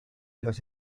los